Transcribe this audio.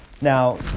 Now